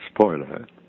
spoiler